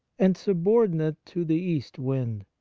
and subordinate to the east wind.